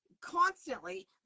Constantly